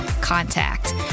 contact